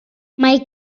mae